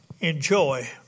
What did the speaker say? enjoy